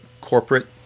corporate